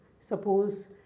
Suppose